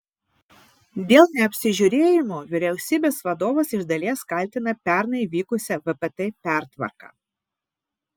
dėl neapsižiūrėjimo vyriausybės vadovas iš dalies kaltina pernai vykusią vpt pertvarką